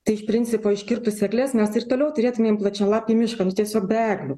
tai iš principo iškirtus egles mes ir toliau turėtumėm plačialapį mišką nu tiesiog be eglių